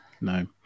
No